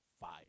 Fire